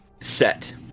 Set